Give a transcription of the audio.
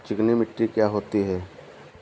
चिकनी मिट्टी क्या होती है?